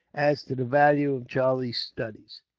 as to the value of charlie's studies.